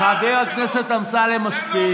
חבר הכנסת אמסלם, מספיק.